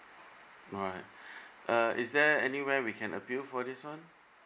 alright uh is there anywhere we can appeal for this one